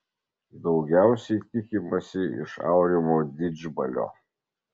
daugiausiai tikimasi iš aurimo didžbalio